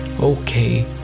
okay